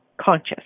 conscious